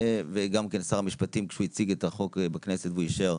וגם שר המשפטים, כשהוא הציג את החוק בכנסת ואישר,